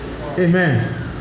amen